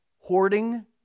hoarding